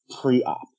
pre-op